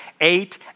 Eight